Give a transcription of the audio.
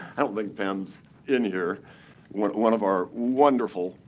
i don't think pam's in here one one of our wonderful,